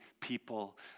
people